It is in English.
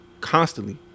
constantly